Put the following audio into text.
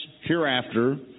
hereafter